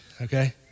Okay